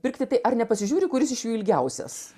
pirkti tai ar nepasižiūri kuris iš jų ilgiausias